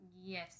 Yes